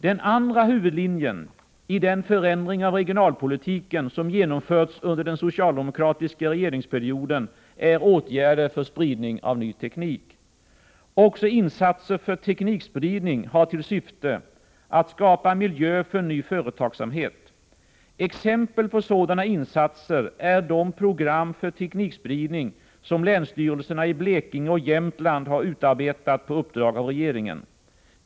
Den andra huvudlinjen i den förändring av regionalpolitiken som genomförts under den socialdemokratiska regeringsperioden är åtgärder för spridning av ny teknik. Också insatser för teknikspridning har till syfte att skapa miljö för ny företagsverksamhet. Exempel på sådana insatser är de program för teknikspridning som länsstyrelserna i Blekinge och Jämtland har utarbetat på uppdrag av regeringen.